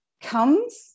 comes